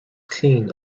clean